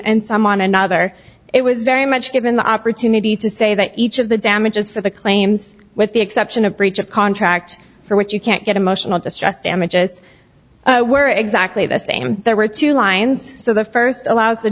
and some on another it was very much given the opportunity to say that each of the damages for the claims with the exception of breach of contract for which you can't get emotional distress damages were exactly the same there were two lines so the first allows